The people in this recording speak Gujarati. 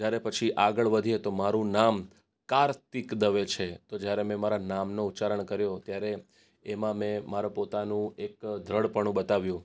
જ્યારે પછી આગળ વધીએ તો મારું નામ કાર્તિક દવે છે તો જ્યારે મેં મારા નામનો ઉચ્ચારણ કર્યો ત્યારે એમાં મેં મારા પોતાનું એક દૃઢપણું બતાવ્યું